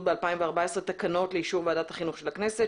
ב-2014 תקנות לאישור ועדת החינוך של הכנסת,